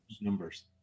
Numbers